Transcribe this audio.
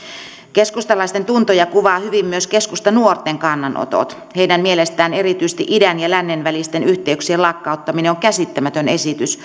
keskustalaisten tuntoja kuvaavat hyvin myös keskustanuorten kannanotot heidän mielestään erityisesti idän ja lännen välisten yhteyksien lakkauttaminen on käsittämätön esitys